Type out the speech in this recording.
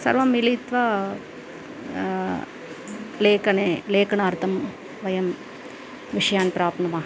सर्वं मिलित्वा लेखने लेखनार्थं वयं विषयान् प्राप्नुमः